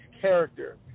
character